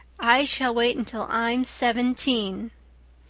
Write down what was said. i shall wait until i'm seventeen.